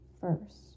first